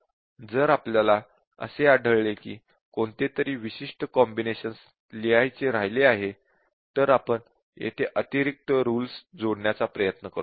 जर आपल्याला आढळले की कोणते तरी विशिष्ट कॉम्बिनेशन्स लिहायचे राहिले आहेत तर आपण येथे अतिरिक्त रूल्स जोडण्याचा प्रयत्न करतो